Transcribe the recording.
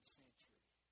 century